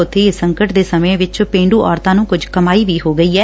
ਉਬੇ ਇਸ ਸੰਕਟ ਦੇ ਸਮੇਂ ਵਿੱਚ ਪੇਂਡੂ ਔਰਤਾਂ ਨੂੰ ਕੁਝ ਕਮਾਈ ਵੀ ਹੋ ਗਈ ਐ